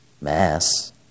Mass